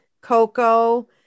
Coco